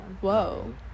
Whoa